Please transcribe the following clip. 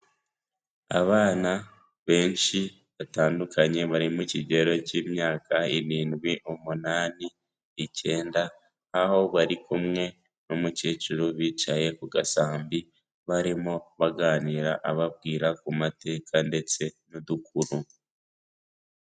Abana benshi batandukanye bari mu kigero cy'imyaka irindwi, umunani, icyenda aho bari kumwe n'umukecuru bicaye ku gasambi barimo, baganira ababwira ku mateka ndetse n'udukuru.